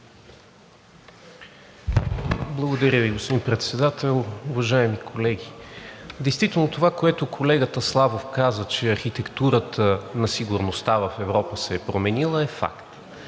Благодаря Ви, господин Председател. Уважаеми колеги, действително това, което колегата Славов каза, че архитектурата на сигурността в Европа се е променила, е факт.